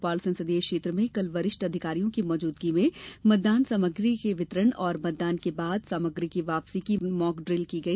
भोपाल ससंदीय क्षेत्र में कल वरिष्ठ अधिकारियों की मौजूदगी में मतदान सामग्री के वितरण और मतदान के बाद सामग्री की वापसी की मॉकड़िल की गई